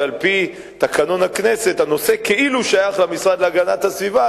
שעל-פי תקנון הכנסת הנושא כאילו שייך למשרד להגנת הסביבה,